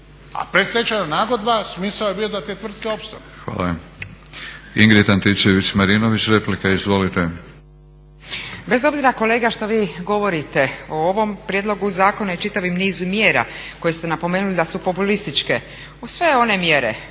a predstečajna nagodba smisao je bio da te tvrtke opstanu.